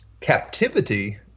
captivity